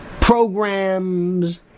programs